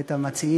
ובכנסת,